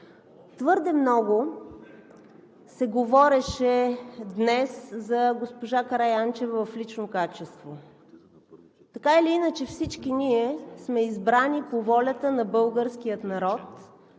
Твърде много се говореше днес за госпожа Караянчева в лично качество. Така или иначе всички ние сме избрани по волята на българския народ